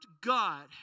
God